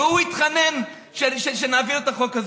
והוא התחנן שנעביר את החוק הזה.